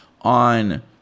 on